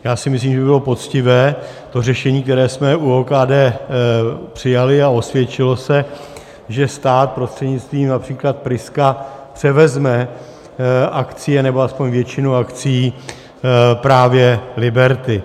Já si myslím, že by bylo poctivé to řešení, které jsme u OKD přijali a osvědčilo se, že stát prostřednictvím například Priska převezme akcie nebo aspoň většinu akcií právě Liberty.